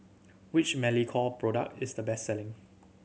which Molicare product is the best selling